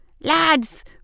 Lads